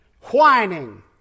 Whining